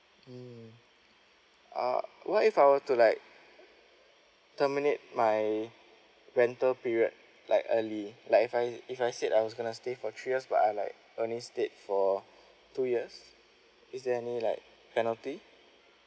mm uh what if I were to like terminate my rental period like early like if I if I said I was gonna stay for three years but I like only stayed for two years is there any like penalty